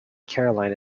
carolina